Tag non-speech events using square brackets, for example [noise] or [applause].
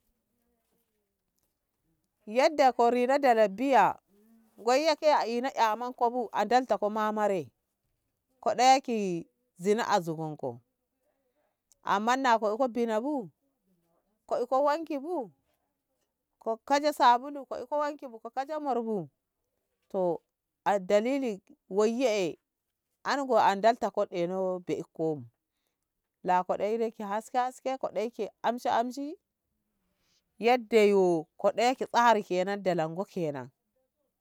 Yadda ko dino dala biya ngoi yeke a ina kyamanko bu a dalta ko mamare ko ɗayaki zina a zogonko [noise] amma na ko ko bina bu [noise] ko iko wanki bu ko kaje sabulu ki iko wanki bu ko kaje mor bu to a dalili wai yee eh an go a ɗalta ko ɗeno be'e komu la koɗoi noke amshi amshi yadda yo ko ɗayeke tsari nan ndalango kenan.